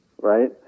right